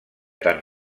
tan